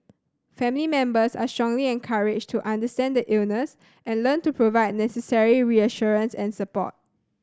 family members are strongly encouraged to understand the illness and learn to provide necessary reassurance and support